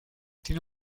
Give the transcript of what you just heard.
tiene